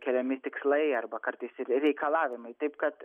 keliami tikslai arba kartais ir reikalavimai taip kad